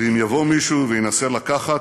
ואם יבוא מישהו וינסה לקחת,